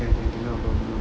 can can can okay no problem